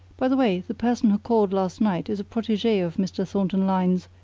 by the way, the person who called last night is a protege of mr. thornton lyne's,